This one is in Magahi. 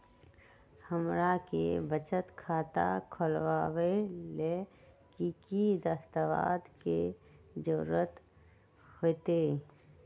हमरा के बचत खाता खोलबाबे ला की की दस्तावेज के जरूरत होतई?